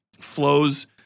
flows